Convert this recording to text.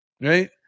Right